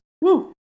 Woo